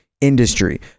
industry